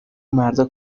مردا